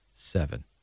Seven